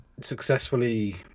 successfully